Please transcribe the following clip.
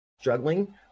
struggling